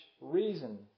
reason